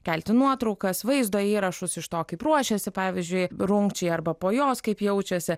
kelti nuotraukas vaizdo įrašus iš to kaip ruošėsi pavyzdžiui rungčiai arba po jos kaip jaučiasi